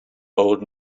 old